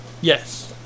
Yes